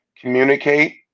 Communicate